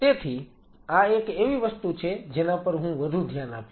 તેથી આ એક એવી વસ્તુ છે જેના પર હું વધુ ધ્યાન આપીશ